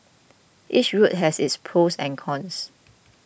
each route has its pros and cons